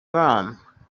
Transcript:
room